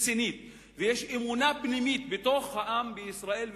רצינית ויש אמונה פנימית בתוך העם בישראל,